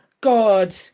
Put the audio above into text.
God